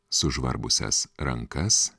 sužvarbusias rankas